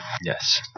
Yes